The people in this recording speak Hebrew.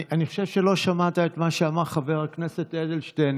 אני חושב שלא שמעת את מה שאמר חבר הכנסת אדלשטיין,